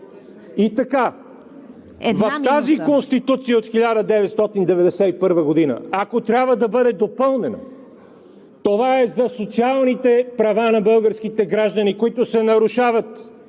ЖАБЛЯНОВ: Ако Конституцията от 1991 г. трябва да бъде допълнена, това е за социалните права на българските граждани, които се нарушават